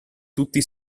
tutti